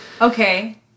Okay